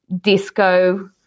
disco